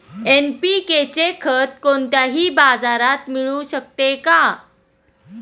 NPK खत कोणत्याही बाजारात मिळू शकते का?